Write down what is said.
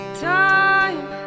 time